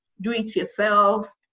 do-it-yourself